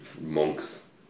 monks